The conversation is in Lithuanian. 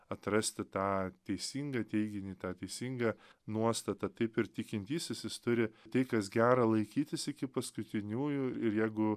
atrasti tą teisingą teiginį tą teisingą nuostatą taip ir tikintysis jis turi tai kas gera laikytis iki paskutiniųjų ir jeigu